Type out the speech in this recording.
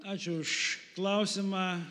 ačiū už klausimą